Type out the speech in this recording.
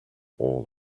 all